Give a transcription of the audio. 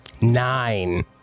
Nine